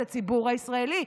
את הציבור הישראלי.